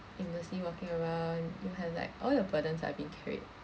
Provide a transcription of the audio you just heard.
aimlessly walking around you have like all your burdens are being carried